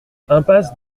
impasse